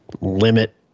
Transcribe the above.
limit